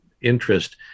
interest